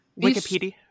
Wikipedia